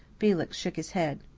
felix shook his head.